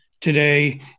today